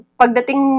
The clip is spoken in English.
pagdating